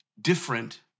different